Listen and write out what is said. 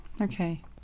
okay